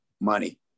money